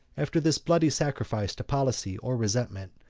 after this bloody sacrifice to policy or resentment,